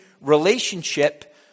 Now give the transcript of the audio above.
relationship